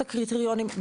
את הקריטריונים,